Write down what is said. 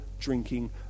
drinking